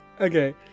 Okay